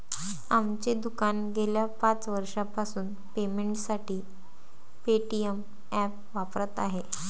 आमचे दुकान गेल्या पाच वर्षांपासून पेमेंटसाठी पेटीएम ॲप वापरत आहे